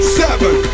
seven